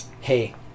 hey